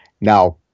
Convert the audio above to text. Now